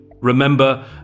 Remember